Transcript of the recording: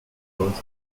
goes